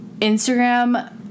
Instagram